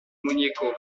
muñeco